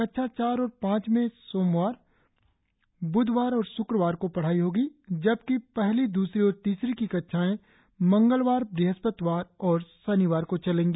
कक्षा चार और पांच में सोमवार ब्धवार और श्क्रवार को पढ़ाई होगी जबकि पहली दूसरी और तीसरी की कक्षाएं मंगलवार ब्रस्पतिवार और शनिवार को चलेंगी